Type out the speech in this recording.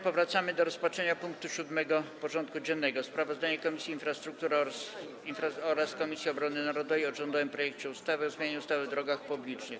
Powracamy do rozpatrzenia punktu 7. porządku dziennego: Sprawozdanie Komisji Infrastruktury oraz Komisji Obrony Narodowej o rządowym projekcie ustawy o zmianie ustawy o drogach publicznych.